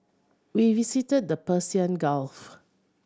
we visited the Persian Gulf